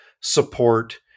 support